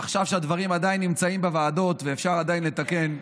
עכשיו שהדברים עדיין נמצאים בוועדות ואפשר עדיין לתקן,